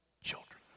children